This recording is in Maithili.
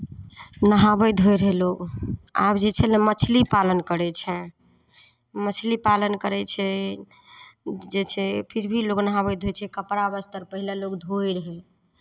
नहाबै धोइत रहै लोक आब जे छै ने मछली पालन करै छै मछली पालन करै छै जे छै फेर भी लोक नहाबै धोइत छै कपड़ा वस्तर पहिले लोक धोइत रहै